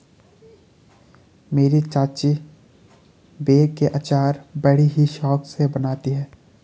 मेरी चाची बेर के अचार बड़ी ही शौक से बनाती है